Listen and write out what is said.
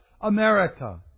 America